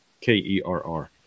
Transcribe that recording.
k-e-r-r